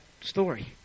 story